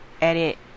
edit